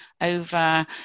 over